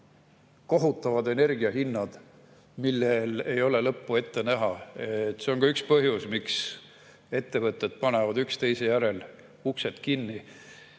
kohutavad energiahinnad, millel ei ole lõppu näha. See on ka üks põhjus, miks ettevõtted panevad üksteise järel uksi kinni.